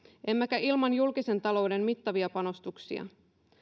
emmekä ilman julkisen talouden mittavia panostuksia